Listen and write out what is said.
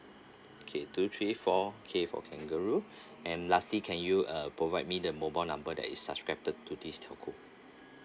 okay two three four K for kangaroo and lastly can you uh provide me the mobile number that is subscribed to this telco